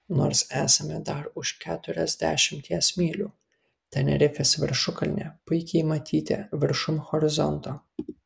nors esame dar už keturiasdešimties mylių tenerifės viršukalnė puikiai matyti viršum horizonto